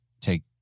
take